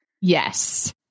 Yes